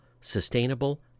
sustainable